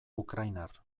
ukrainar